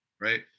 right